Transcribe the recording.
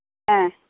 ஆ